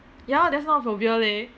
ya lor that's not a phobia leh